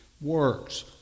works